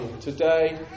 today